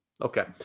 Okay